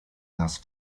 nas